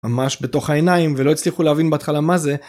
ממש בתוך העיניים ולא הצליחו להבין בהתחלה מה זה.